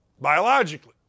biologically